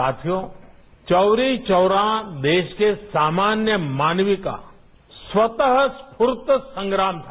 साथियों चौरी चौरा देश के सामान्य मानवीय का स्वतः स्फूर्त संग्राम था